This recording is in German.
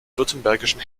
württembergischen